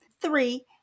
Three